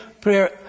prayer